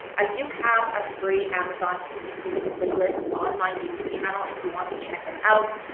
i do have a free amazon ppc playlist on my youtube channel if you want to check it out.